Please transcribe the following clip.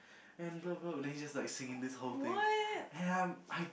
and brother brother and then he just like singing this whole thing and I'm I